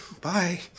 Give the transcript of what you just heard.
Bye